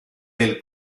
del